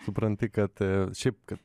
supranti kad šiaip kad